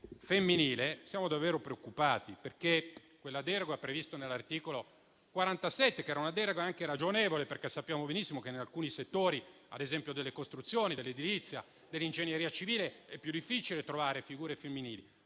femminile siamo davvero preoccupati per quella deroga prevista all'articolo 47, che era anche ragionevole. Sappiamo benissimo infatti che in alcuni settori, ad esempio nelle costruzioni, nell'edilizia e nell'ingegneria civile, è più difficile trovare figure femminili,